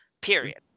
period